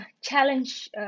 challenge